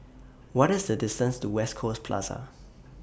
What IS The distance to West Coast Plaza